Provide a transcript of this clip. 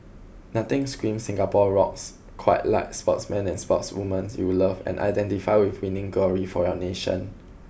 nothing screams Singapore rocks quite like sportsmen and sportswomen you love and identify with winning glory for your nation